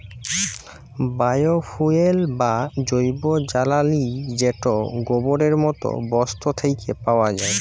bio fuel বা জৈব জ্বালালী যেট গোবরের মত বস্তু থ্যাকে পাউয়া যায়